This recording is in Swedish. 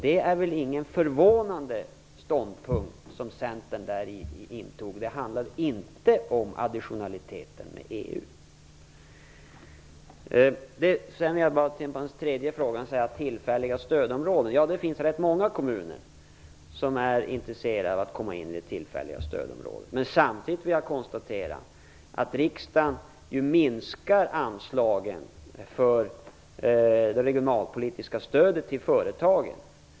Det är väl inte förvånande att Centern intog den ståndpunkten. Det handlade alltså inte om additionalitet till EU. Sedan vill jag svara på den tredje frågan om tillfälliga stödområden. Det finns rätt många kommuner som är intresserade av att komma in i tillfälliga stödområden. Samtidigt konstaterar jag att riksdagen ju minskar anslagen för det regionalpolitiska stödet till företagen.